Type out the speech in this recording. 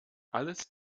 alles